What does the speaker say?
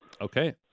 Okay